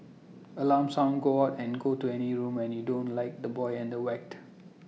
alarm sound go out and go to any room and you don't like the boy and the whacked